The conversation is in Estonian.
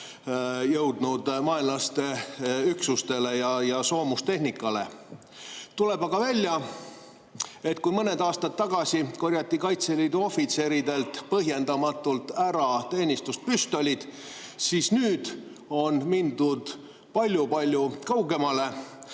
jõudnud vaenlaste üksustele ja soomustehnikale. Tuleb aga välja, et kui mõned aastad tagasi korjati Kaitseliidu ohvitseridelt põhjendamatult ära teenistuspüstolid, siis nüüd on mindud palju-palju kaugemale.